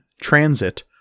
transit